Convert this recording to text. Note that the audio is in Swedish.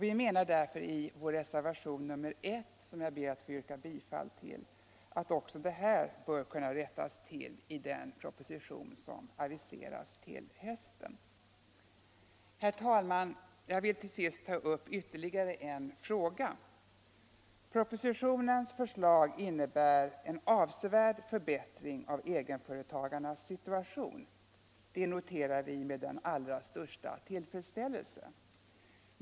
Vi menar därför i vår reservation nr I —- som jag ber att få yrka bifall till — att också detta bör kunna rättas till i den proposition som aviseras till hösten. Herr talman! Jag vill till sist ta upp ytterligare en fråga. Propositionens förslag innebär en avsevärd förbättring av egenföretagarnas situation. Det noterar vi med den allra största tillfredsställelse.